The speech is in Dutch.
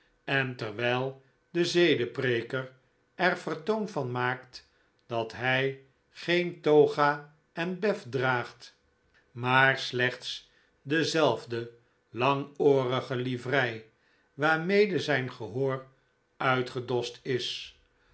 en terwijl de zedenpreeker er vertoon van maakt dat hij geen toga en bef draagt maar slechts dezelfde langoorige livrei waarmede zijn gehoor uitgedost is